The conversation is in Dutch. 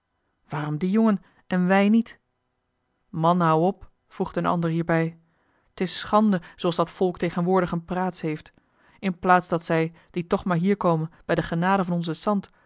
waarom die jongen en wij niet man houd op voegde een ander hier bij t is schande zooals dat volk tegenwoordig een praats heeft in plaats dat zij die toch maar hier komen bij de genade van onzen sant